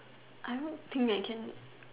I work team and can